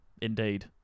indeed